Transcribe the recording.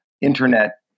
internet